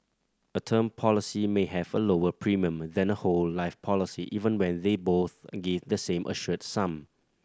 a term policy may have a lower premium than a whole life policy even when they both give the same assured sum